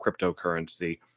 cryptocurrency